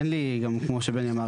כמו שבני אמר,